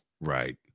Right